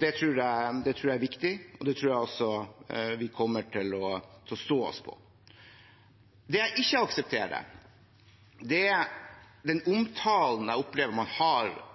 Det tror jeg er viktig, og det tror jeg også vi kommer til å stå oss på. Det jeg ikke aksepterer, er den omtalen jeg opplever man har